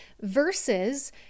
versus